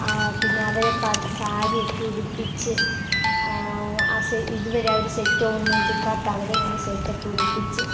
പിന്നെ അവരെ സാരിയൊക്കെ ഉടുപ്പിച്ച് ആ ഇതുവരെ സെറ്റോ ഒന്നും ഉടുക്കാത്ത അവരെ നമ്മൾ സെറ്റൊക്കെ ഉടുപ്പിച്ച്